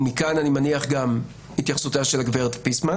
ומכאן אני מניח גם התייחסותה של הגב' פיסמן